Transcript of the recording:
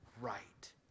right